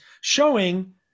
showing